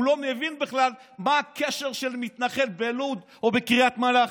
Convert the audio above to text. הוא לא מבין בכלל מה הקשר של מתנחל בלוד או בקריית מלאכי.